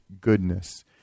goodness